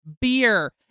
beer